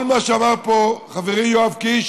כל מה שאמר פה חברי יואב קיש